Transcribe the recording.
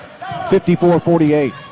54-48